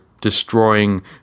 destroying